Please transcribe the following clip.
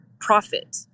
profit